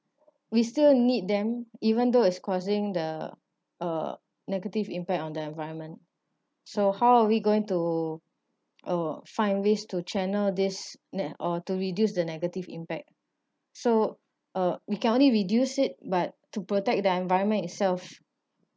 we still need them even though is causing the uh negative impact on the environment so how are we going to uh find ways to channel this then or to reduce the negative impact so uh we can only reduce it but to protect the environment itself